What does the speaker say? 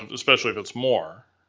especially if it's more.